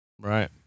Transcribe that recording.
Right